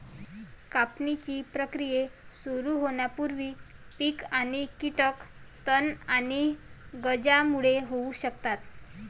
कापणीची प्रक्रिया सुरू होण्यापूर्वी पीक आणि कीटक तण आणि गंजांमुळे होऊ शकतात